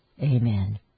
Amen